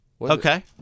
Okay